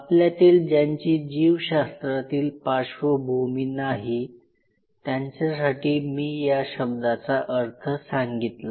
आपल्यातील ज्यांची जीवशास्त्रातील पार्श्वभूमी नाही त्यांच्यासाठी मी या शब्दाचा अर्थ सांगितला